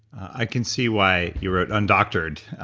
i can see why you wrote undoctored,